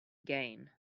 gain